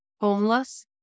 homeless